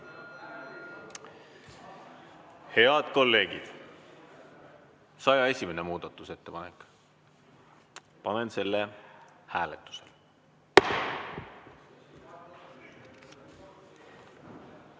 Head kolleegid! 101. muudatusettepanek. Panen selle hääletusele.